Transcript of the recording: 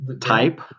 type